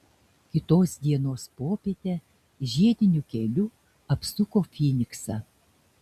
kitos dienos popietę žiediniu keliu apsuko fyniksą